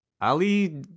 Ali